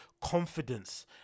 confidence